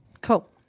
Cool